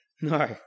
no